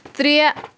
ترٛےٚ